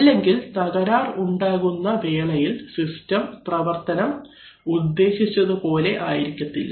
അല്ലെങ്കിൽ തകരാർ ഉണ്ടാകുന്ന വേളയിൽ സിസ്റ്റം പ്രവർത്തനം ഉദ്ദേശിച്ചതുപോലെ ആയിരിക്കില്ല